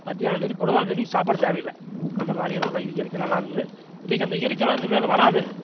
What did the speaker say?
மத்தியானதண்டி பொழுதானதண்டிக்கி சாப்பாடு தேவை இல்லை அந்த மாதிரி எல்லாம் நை இயற்கை நல்லா இருந்தது இன்னைக்கு அந்த இயற்கை எல்லாம் இனிமேல் வராது